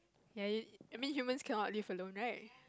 ya you I mean human cannot live alone right